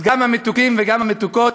אז גם המתוקים וגם המתוקות,